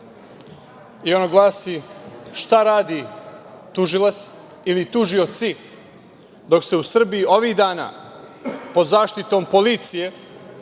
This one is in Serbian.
i ono glasi: šta radi tužilac ili tužioci dok se u Srbiji ovih dana, pod zaštitom policije,